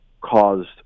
caused